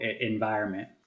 environment